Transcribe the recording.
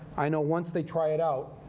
i know once they try it out